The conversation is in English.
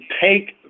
take